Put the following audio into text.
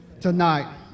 tonight